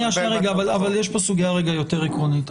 אבל יש פה סוגיה יותר עקרונית.